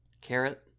Carrot